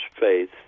faith